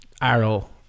Arrow